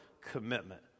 commitment